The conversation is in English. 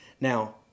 Now